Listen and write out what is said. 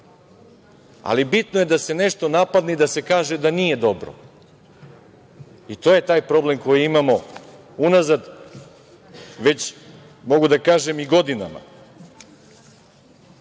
Ali, bitno je da se nešto napadne i da se kaže da nije dobro. I to je taj problem koji imamo unazad već, mogu da kažem, godinama. Dalje,